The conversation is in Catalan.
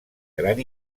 gran